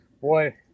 Boy